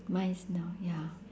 mine is not ya